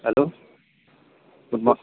hello good ಮ